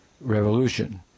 Revolution